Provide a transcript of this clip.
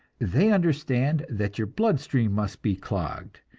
they understand that your blood-stream must be clogged,